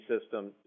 system